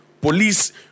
Police